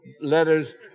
letters